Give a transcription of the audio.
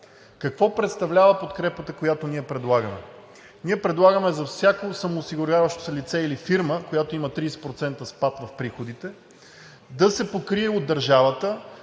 Какво представлява подкрепата, която ние предлагаме? Ние предлагаме за всяко самоосигуряващо се лице или фирма, която има 30% спад в приходите, да се покрие от държавата